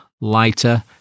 lighter